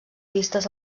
vistes